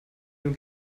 dem